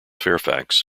fairfax